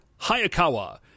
Hayakawa